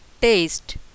taste